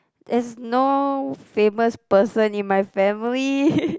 there's no famous person in my family